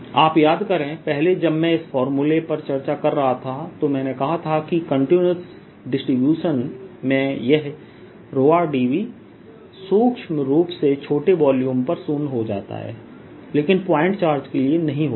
आप याद करें पहले जब मैं इस फॉर्मूले पर चर्चा कर रहा था तो मैंने कहा था कि कंटीन्यूअस डिस्ट्रीब्यूशन में यह dV सूक्ष्म रूप से छोटे वॉल्यूम पर शून्य हो जाता है लेकिन पॉइंट चार्ज के लिए नहीं होता है